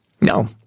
No